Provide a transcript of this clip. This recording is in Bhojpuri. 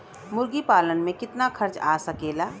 मुर्गी पालन में कितना खर्च आ सकेला?